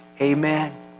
Amen